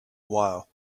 while